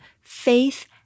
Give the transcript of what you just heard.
Faith